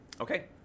Okay